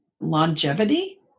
longevity